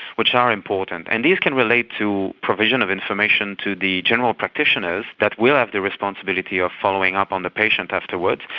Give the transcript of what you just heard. which are important. and these can relate to provision of information to the general practitioners that will have the responsibility of following up on the patient afterwards,